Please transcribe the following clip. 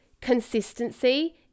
consistency